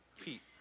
Pete